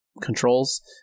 controls